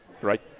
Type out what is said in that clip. right